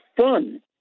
fun